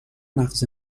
مغز